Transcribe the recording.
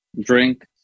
drink